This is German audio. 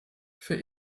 für